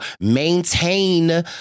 maintain